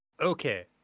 Okay